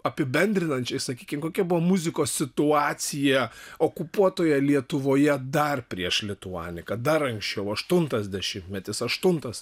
apibendrinančiai sakykim kokia buvo muzikos situacija okupuotoje lietuvoje dar prieš lituaniką dar anksčiau aštuntas dešimtmetis aštuntas